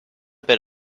bit